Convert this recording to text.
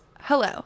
Hello